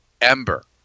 Ember